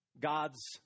God's